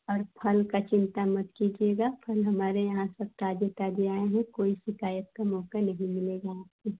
और फल की चिंता मत कीजिएगा फल हमारे यहाँ सब ताज़े ताज़े आए हैं कोई शिकायत का मौका नहीं मिलेगा आपको